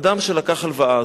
אדם שלקח הלוואה,